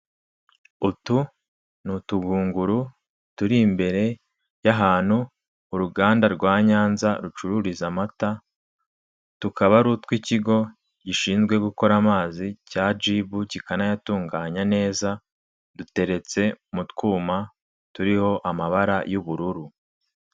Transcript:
Utu ni utugunguru turi imbere y'ahantu uruganda rwa NYANZA rucururiza amata tukaba ari utw'ikigo gishinzwe gukora amazi cya JIBU kikanayatunganya neza duteretse mu twuma turiho amabara y'ubururu.